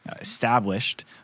established